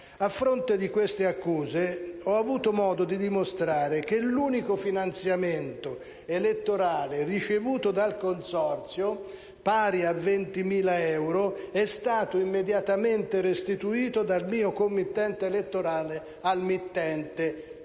A fronte di queste accuse, ho avuto modo di dimostrare che l'unico finanziamento elettorale ricevuto dal consorzio, pari a 20.000 euro, è stato immediatamente restituito dal mio committente elettorale al mittente. È negli